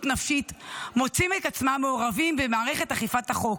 נפשית מוצאים את עצמם מעורבים במערכת אכיפת החוק,